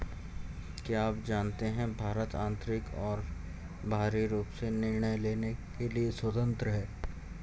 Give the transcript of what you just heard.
क्या आप जानते है भारत आन्तरिक और बाहरी रूप से निर्णय लेने के लिए स्वतन्त्र है?